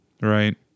Right